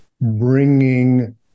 bringing